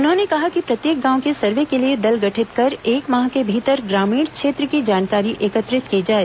उन्होंने कहा कि प्रत्येक गांव के सर्वे के लिए दल गठित कर एक माह के भीतर ग्रामीण क्षेत्र की जानकारी एकत्रित की जाए